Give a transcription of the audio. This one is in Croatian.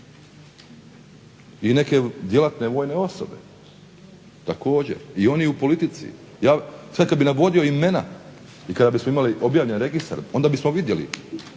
I neke djelatne vojne osobe također, i oni u politici. Sad kad bih navodio imena i kada bismo imali objavljen registar onda bismo vidjeli,